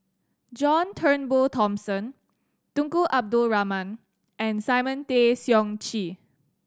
John Turnbull Thomson Tunku Abdul Rahman and Simon Tay Seong Chee